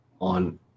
on